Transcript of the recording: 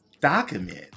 document